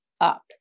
up